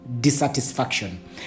dissatisfaction